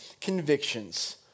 convictions